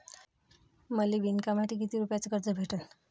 मले विणकामासाठी किती रुपयानं कर्ज भेटन?